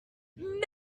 milk